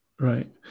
Right